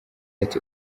ati